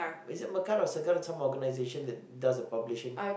is it Mekar or Segar some organisation that does the publishing